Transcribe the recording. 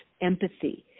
empathy